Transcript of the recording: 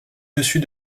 dessus